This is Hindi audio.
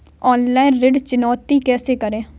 ऑनलाइन ऋण चुकौती कैसे करें?